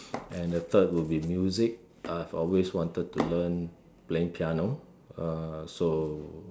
and the third will be music I've always wanted to learn playing piano uh so